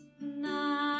night